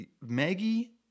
Maggie